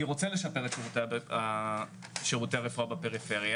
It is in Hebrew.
רוצה לשפר את שירותי הרפואה בפריפריה,